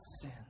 sin